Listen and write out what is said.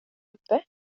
uppe